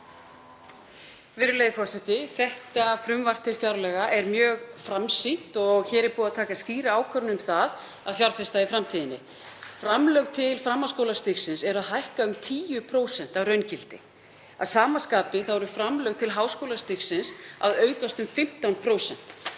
Þetta frumvarp til fjárlaga er mjög framsýnt og hér er búið að taka skýra ákvörðun um það að fjárfesta í framtíðinni. Framlög til framhaldsskólastigsins eru að hækka um 10% að raungildi. Að sama skapi eru framlög til háskólastigsins að aukast um 15%.